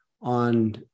on